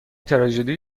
تراژدی